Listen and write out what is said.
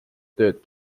tööd